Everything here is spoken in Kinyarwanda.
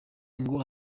ngo